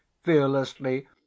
fearlessly